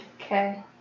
Okay